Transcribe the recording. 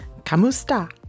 Kamusta